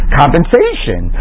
compensation